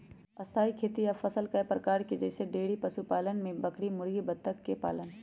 स्थाई खेती या फसल कय प्रकार के हई जईसे डेइरी पशुपालन में बकरी मुर्गी बत्तख के पालन